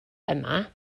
yma